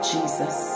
Jesus